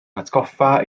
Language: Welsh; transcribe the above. hatgoffa